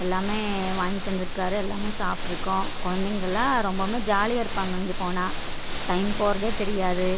எல்லாம் வாங்கி தந்துருக்கார் எல்லாம் சாப்பிட்ருக்கோம் குழந்தைங்களா ரொம்பவும் ஜாலியாக இருப்பாங்க அங்கே போனால் டைம் போகிறதே தெரியாது